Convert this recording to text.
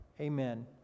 Amen